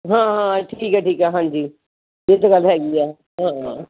ਹਾਂ ਹਾਂ ਠੀਕ ਹੈ ਠੀਕ ਹੈ ਹਾਂਜੀ ਇਹ ਤਾਂ ਗੱਲ ਹੈਗੀ ਹੈ ਹਾਂ